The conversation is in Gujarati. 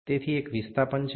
તેથી એક વિસ્થાપન છે